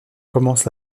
commence